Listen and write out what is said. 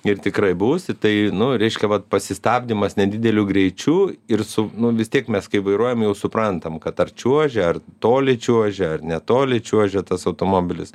ir tikrai bus ir tai nu reiškia vat pasistabdymas nedideliu greičiu ir su nu vis tiek mes kai vairuojam jau suprantam kad ar čiuožia ar toli čiuožia ar netoli čiuožia tas automobilis